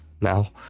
now